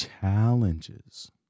challenges